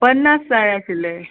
पन्नास जाय आशिल्ले